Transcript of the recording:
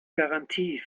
garantie